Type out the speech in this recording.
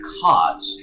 caught